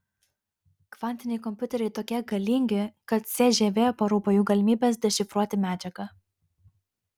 kvantiniai kompiuteriai tokie galingi kad cžv parūpo jų galimybės dešifruoti medžiagą